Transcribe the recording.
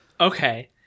Okay